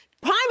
Prime